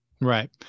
Right